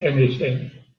anything